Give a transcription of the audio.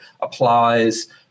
applies